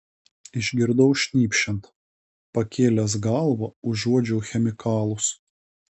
išgirdau šnypščiant pakėlęs galvą užuodžiau chemikalus